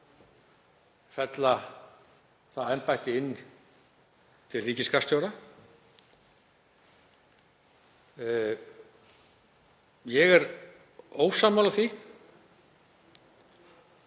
fella það embætti inn til ríkisskattstjóra. Ég er ósammála því